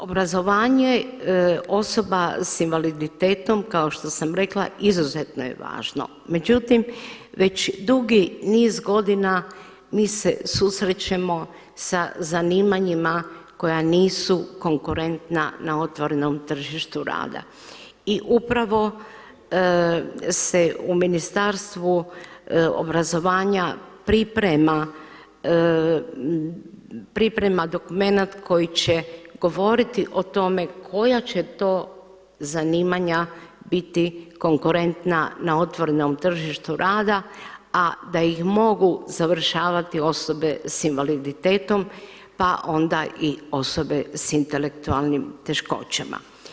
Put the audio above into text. Obrazovanje osoba sa invaliditetom kao što sam rekla izuzetno je važno, međutim već dugi niz godina mi se susrećemo sa zanimanjima koja nisu konkurentna na otvorenom tržištu rada i upravo se u Ministarstvu obrazovanja priprema dokumenat koji će govoriti o tome koja će to zanimanja biti konkurentna na otvorenom tržištu rada a da ih mogu završavati osobe sa invaliditetom, pa onda i osobe sa intelektualnim teškoćama.